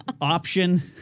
Option